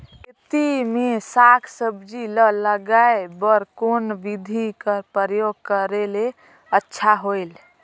खेती मे साक भाजी ल उगाय बर कोन बिधी कर प्रयोग करले अच्छा होयल?